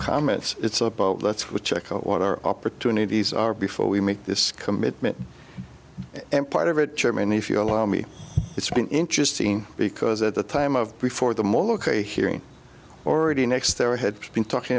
comments it's about let's check out what our opportunities are before we make this commitment and part of it chairman if you allow me it's been interesting because at the time of before them all ok hearing already next there had been talking